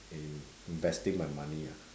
in investing my money ah